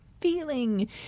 feeling